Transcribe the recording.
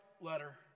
letter